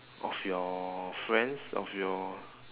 of your friends of your